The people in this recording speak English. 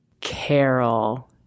Carol